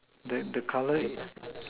that the colour